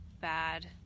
bad